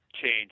change